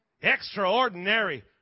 Extraordinary